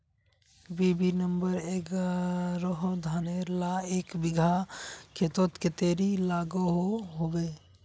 BB number एगारोह धानेर ला एक बिगहा खेतोत कतेरी लागोहो होबे?